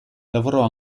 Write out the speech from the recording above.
lavorò